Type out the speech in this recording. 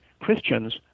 Christians